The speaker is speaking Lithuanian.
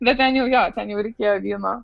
bent ten jau jo ten jau reikėjo vyno